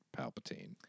Palpatine